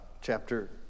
chapter